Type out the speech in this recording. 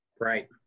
Right